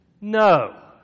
no